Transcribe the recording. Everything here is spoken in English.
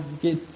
get